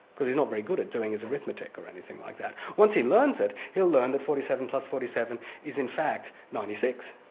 because he's not very good at doing his arithmetic or anything like that. once he learns it, he'll learn that forty seven plus forty seven is in fact ninety six.